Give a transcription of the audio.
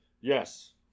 yes